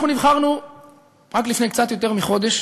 אנחנו נבחרנו רק לפני קצת יותר מחודש